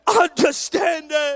understanding